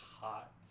hot